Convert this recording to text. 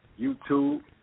YouTube